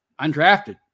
undrafted